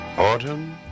Autumn